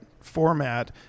format